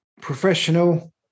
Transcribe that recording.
professional